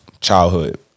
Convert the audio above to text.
childhood